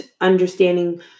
understanding